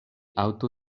aŭto